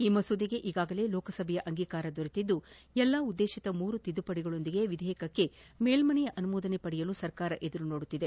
ಈ ಮಸೂದೆಗೆ ಈಗಾಗಲೇ ಲೋಕಸಭೆಯ ಅಂಗೀಕಾರ ದೊರೆತಿದ್ದು ಎಲ್ಲ ಉದ್ದೇಶಿತ ಮೂರು ತಿದ್ದುಪಡಿಗಳೊಂದಿಗೆ ವಿಧೇಯಕಕ್ಕೆ ಮೇಲ್ಮನೆಯ ಅನುಮೋದನೆ ಪಡೆಯಲು ಸರ್ಕಾರ ಎದುರು ನೋಡುತ್ತಿದೆ